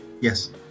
Yes